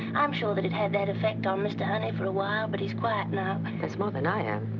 i'm sure that it had that effect on mr. honey for a while. but he's quiet now. that's more than i am.